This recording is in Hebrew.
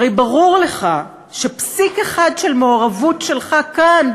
הרי ברור לך שפסיק אחד של מעורבות שלך כאן,